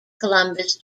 columbus